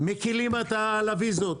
מקלים על הוויזות.